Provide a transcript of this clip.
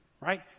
right